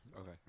Okay